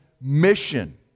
mission